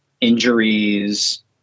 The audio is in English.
injuries